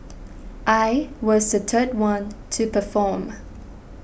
I was the third one to perform